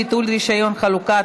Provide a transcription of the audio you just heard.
ביטול רישיון חלוקה),